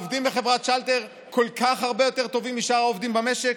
עובדים בחברת שלטר כל כך הרבה יותר טובים משאר העובדים במשק?